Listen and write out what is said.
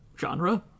genre